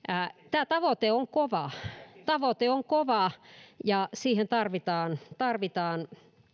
tämä tavoite on kova tavoite on kova ja siihen tarvitaan tarvitaan